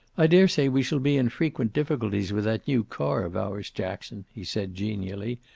i daresay we shall be in frequent difficulties with that new car of ours, jackson, he said genially.